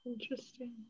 Interesting